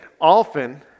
Often